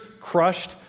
crushed